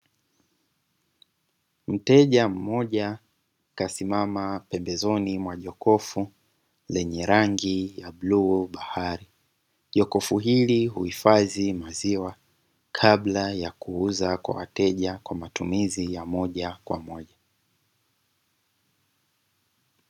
Mteja mmoja kasimama pembezoni mwa jokofu lenye rangi ya buluu bahari, jokofu hili uhifadhi maziwa kabla ya kuuza kwa wateja kwa matumizi ya moja kwa moja.